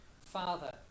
Father